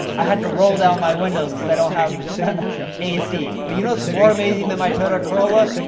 i had to roll down my windows, cause i don't have ac, but you know what's more amazing than my toyota corolla?